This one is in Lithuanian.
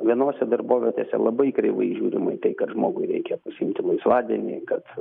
vienose darbovietėse labai kreivai žiūrima į tai kad žmogui reikia pasiimti laisvadienį kad